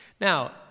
Now